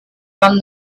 from